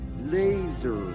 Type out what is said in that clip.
laser